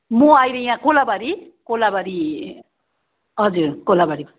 म अहिले यहाँ कोलाबारी कोलाबारी हजुर कोलाबारीमा